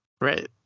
Right